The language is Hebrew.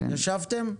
ישבתם?